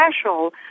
special